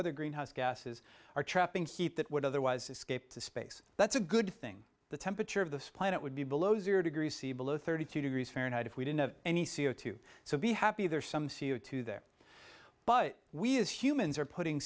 other greenhouse gases are trapping heat that would otherwise escape to space that's a good thing the temperature of the planet would be below zero degrees c below thirty two degrees fahrenheit if we didn't have any c o two so be happy there's some c o two there but we as humans are putting